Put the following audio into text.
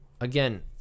Again